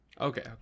okay